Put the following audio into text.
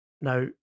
Now